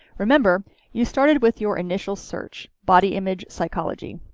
remember you started with your initial search body image psychology.